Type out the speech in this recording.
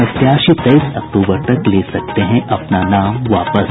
प्रत्याशी तेईस अक्टूबर तक ले सकते हैं अपना नाम वापस